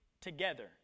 together